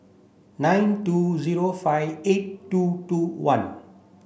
nine two zero five eight two two one